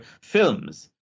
films